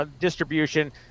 distribution